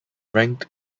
ranked